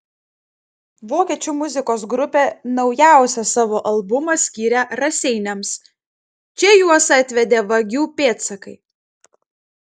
vokiečių muzikos grupė naujausią savo albumą skyrė raseiniams čia juos atvedė vagių pėdsakai